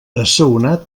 assaonat